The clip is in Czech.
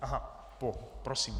Aha, po. Prosím.